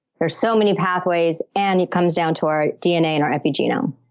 there's so many pathways, and it comes down to our dna and our epigenome.